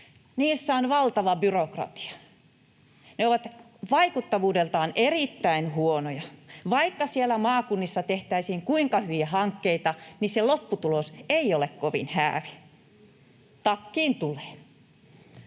Niissä on valtava byrokratia. Ne ovat vaikuttavuudeltaan erittäin huonoja. Vaikka siellä maakunnissa tehtäisiin kuinka hyviä hankkeita, se lopputulos ei ole kovin häävi. Takkiin tulee.